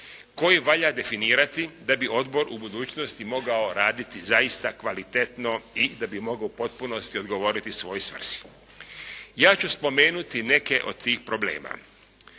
koje valja definirati da bi odbor u budućnosti mogao raditi zaista kvalitetno i da bi mogao u potpunosti odgovoriti svojoj svrsi. Ja ću spomenuti neke od tih problema.